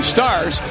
Stars